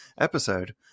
episode